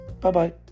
Bye-bye